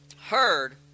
heard